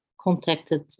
contacted